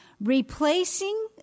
Replacing